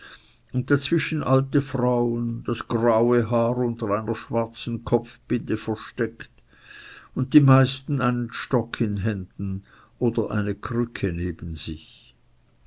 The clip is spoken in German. und dazwischen alte frauen das graue haar unter einer schwarzen kopfbinde versteckt und die meisten einen stock in händen oder eine krücke neben sich